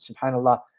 subhanAllah